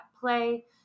play